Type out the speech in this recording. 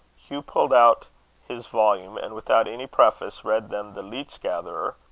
hugh pulled out his volume, and, without any preface, read them the leech-gatherer.